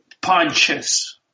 punches